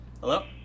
Hello